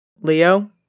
Leo